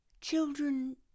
Children